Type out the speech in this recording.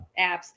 apps